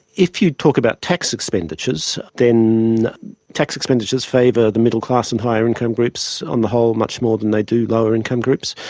if you talk about tax expenditures, then tax expenditures favour the middle class and higher income groups on the whole much more than they do lower income groups.